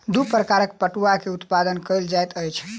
दू प्रकारक पटुआ के उत्पादन कयल जाइत अछि